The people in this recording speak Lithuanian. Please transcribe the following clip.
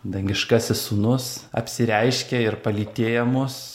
dangiškasis sūnus apsireiškia ir palytėja mus